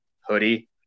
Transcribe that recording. hoodie